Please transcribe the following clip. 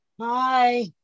hi